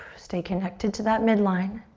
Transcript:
stay connected to that midline.